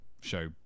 show